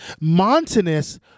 Montanus